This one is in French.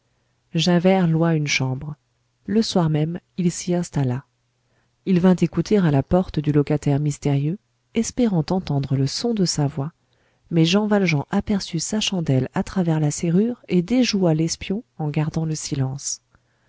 javert loua une chambre le soir même il s'y installa il vint écouter à la porte du locataire mystérieux espérant entendre le son de sa voix mais jean valjean aperçut sa chandelle à travers la serrure et déjoua l'espion en gardant le silence